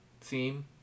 theme